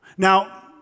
Now